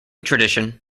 tradition